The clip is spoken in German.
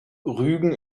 rügen